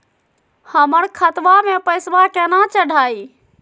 हमर खतवा मे पैसवा केना चढाई?